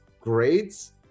grades